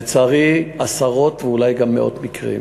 לצערי, יש עשרות ואולי גם מאות מקרים.